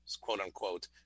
quote-unquote